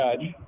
Judge